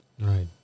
Right